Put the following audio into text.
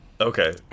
Okay